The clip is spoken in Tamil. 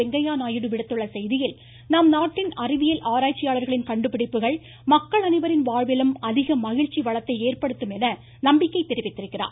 வெங்கய்ய நாயுடு விடுத்துள்ள செய்தியில் நம்நாட்டின் அறிவியல் ஆராய்ச்சியாளர்களின் கண்டுபிடிப்புகள் மக்கள் அனைவரின் வாழ்விலும் அதிக மகிழ்ச்சி வளத்தை ஏற்படுத்தும் என நம்பிக்கை தெரிவித்திருக்கிறார்